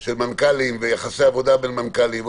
של מנכ"לים ויחסי עבודה בין מנכ"לים.